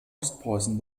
ostpreußen